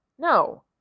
No